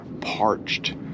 parched